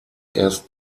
erst